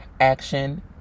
action